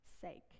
sake